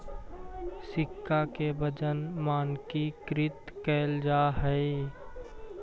सिक्का के वजन मानकीकृत कैल जा हई